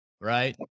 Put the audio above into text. right